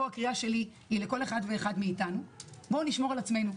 פה הקריאה שלי היא לכל אחד ואחת מאתנו: בואו נשמור על עצמנו.